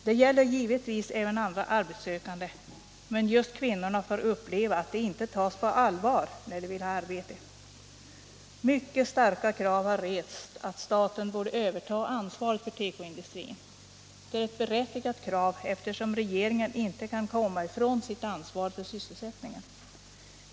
Det gäller givetvis alla arbetssökande, men just kvinnorna får uppleva att de inte tas på allvar när de vill ha arbete. Mycket starka krav har rests om att staten skall överta ansvaret för tekoindustrin — berättigade krav, eftersom regeringen inte kan komma ifrån sitt ansvar för sysselsättningen.